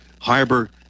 Harbor